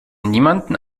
niemandem